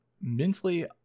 mentally